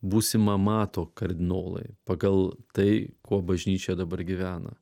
būsimą mato kardinolai pagal tai kuo bažnyčia dabar gyvena